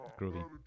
Groovy